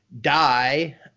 die